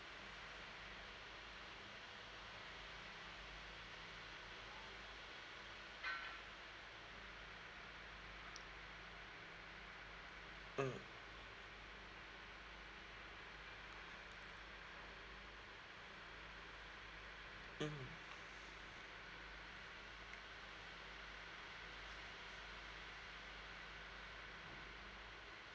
mm mm